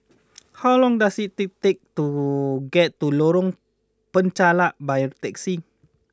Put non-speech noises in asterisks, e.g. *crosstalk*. *noise* how long does it to take to get to Lorong Penchalak by a taxi